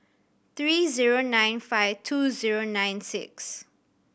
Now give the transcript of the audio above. three zero nine five two zero nine six